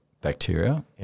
bacteria